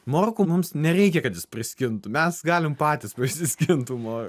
morkų mums nereikia kad jis priskintų mes galim patys prasiskint tų morkų